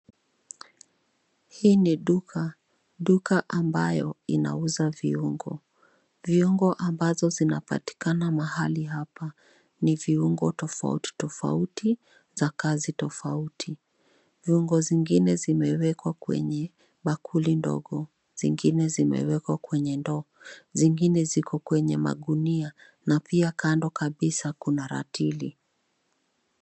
Hii ni duka, duka ambayo inauza viungo. Viungo ambazo zinapatikana mahali hapa, ni viungo tofauti tofauti, za kazi tofauti. Viungo zingine vimewekwa kwenye bakuli ndogo, zingine zimewekwa kwenye ndoo, zingine ziko kwenye magunia, na pia kando kabisa kuna ratili.